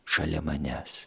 šalia manęs